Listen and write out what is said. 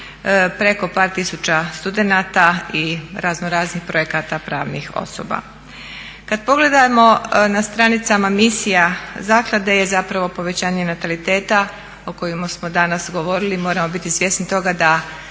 preko par tisuća studenata i raznoraznih projekata pravnih osoba. Kad pogledamo na stranicama misija zaklade je zapravo povećanje nataliteta o kojemu smo danas govorili. Moramo biti svjesni toga da